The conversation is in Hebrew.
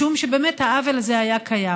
משום שבאמת העוול הזה היה קיים.